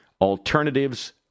alternatives